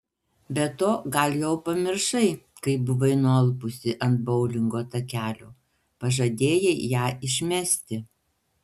be to gal jau pamiršai kai buvai nualpusi ant boulingo takelio pažadėjai ją išmesti